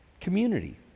community